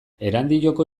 erandioko